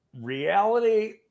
Reality